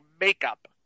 makeup